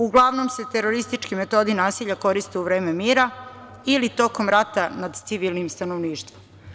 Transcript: Uglavnom se teroristički metodi nasilja koriste u vreme mira ili tokom rata nad civilnim stanovništvom.